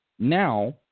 Now